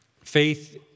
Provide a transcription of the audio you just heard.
Faith